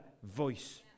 Voice